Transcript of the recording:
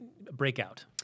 breakout